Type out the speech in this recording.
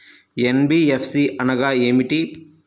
NBFC అనగా ఏమిటీ?